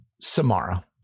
Samara